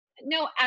No